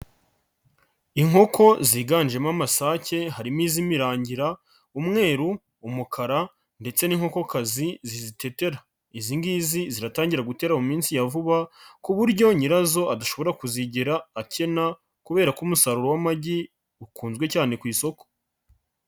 Inkoko ziganjemo amasake harimo iz'imirangira, umweru, umukara ndetse n'inkokokazi zitetera. Izi ngizi ziratangira gutera mu minsi ya vuba, ku buryo nyirazo adashobora kuzigera akena kubera ko umusaruro w'amagi ukunzwe cyane ku isoko.